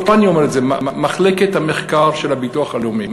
לא אני אומר את זה, מחלקת המחקר של הביטוח הלאומי,